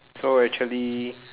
so actually